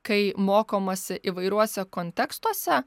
kai mokomasi įvairiuose kontekstuose